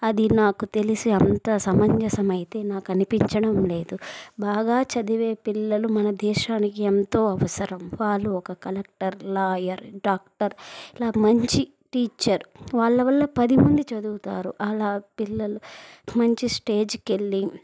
అది నాకు తెలిసి అంత సమంజసం అయితే నాకు అనిపించడం లేదు బాగా చదివే పిల్లలు మన దేశానికి ఎంతో అవసరం వాళ్ళు ఒక కలెక్టర్ లాయర్ డాక్టర్ ఇలా మంచి టీచర్ వాళ్ళ వల్ల పదిమంది చదువుతారు అలా పిల్లలు మంచి స్టేజ్కి వెళ్ళి